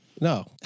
No